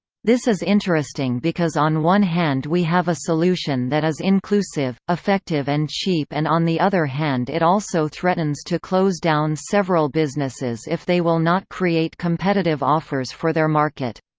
this is interesting because on one hand we have a solution that is inclusive, effective and cheap and on the other hand it also threatens to close down several businesses if they will not create competitive offers for their market.